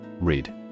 Read